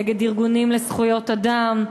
נגד ארגונים לזכויות אדם,